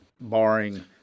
barring